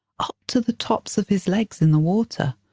up to the tops of his legs in the water,